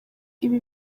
ibi